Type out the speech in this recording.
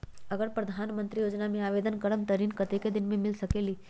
अगर प्रधानमंत्री योजना में आवेदन करम त ऋण कतेक दिन मे मिल सकेली?